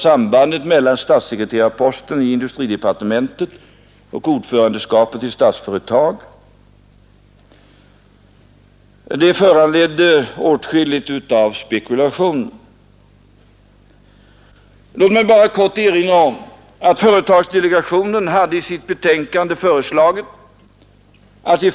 Jag kanske skall upplysa herr Burenstam Linder och kammarens ledamöter om att jag har fått ett mycket vänligt brev från Vilhelm Moberg för en kort tid sedan.